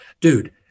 Dude